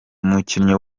umukinnyi